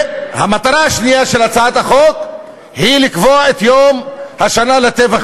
המטרה השנייה של הצעת החוק היא לקבוע את יום השנה לטבח